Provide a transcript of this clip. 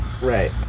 Right